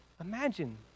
imagine